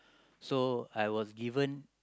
so I was given